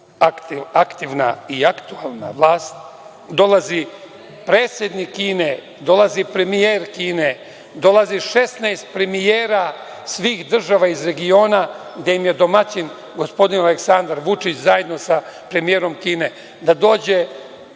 aktivna i aktuelna vlast dolazi predsednik Kine, dolazi premijer Kine, dolazi 16 premijera svih država iz regiona, gde im je domaćin gospodin Aleksandar Vučić, zajedno sa premijerom Kine, Vladimir